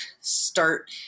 start